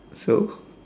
so